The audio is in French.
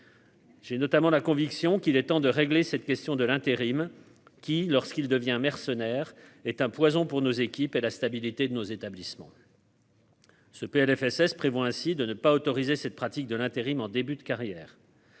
J'ai notamment la conviction qu'il est temps de régler cette question de l'intérim, qui lorsqu'il devient mercenaire est un poison pour nos équipes et la stabilité de nos établissements. Ce Plfss prévoit ainsi de ne pas autoriser cette pratique de l'intérim, en début de carrière.